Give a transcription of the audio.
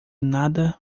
nada